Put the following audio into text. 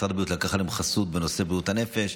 משרד הבריאות לקח עליהם חסות בנושא בריאות הנפש,